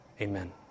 Amen